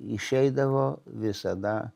išeidavo visada